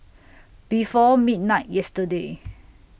before midnight yesterday